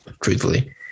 truthfully